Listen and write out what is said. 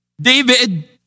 David